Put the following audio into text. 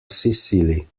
sicily